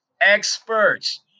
experts